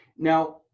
Now